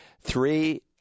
three